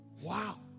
Wow